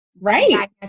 Right